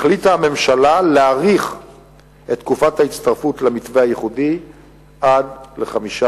החליטה הממשלה להאריך את תקופת ההצטרפות למתווה הייחודי עד ל-15